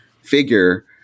figure